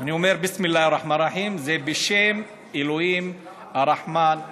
אני אומר: בסם אללה א-רחמאן א-רחים.